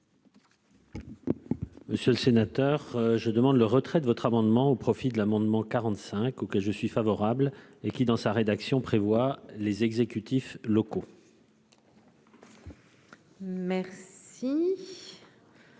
Monsieur le sénateur, je demande le retrait de votre amendement au profit de l'amendement quarante-cinq OK, je suis favorable et qui, dans sa rédaction prévoit les exécutifs locaux. Merci.